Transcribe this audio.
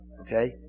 Okay